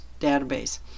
database